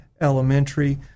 elementary